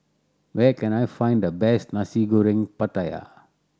where can I find the best Nasi Goreng Pattaya